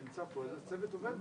ביטן יגיע תוך עשר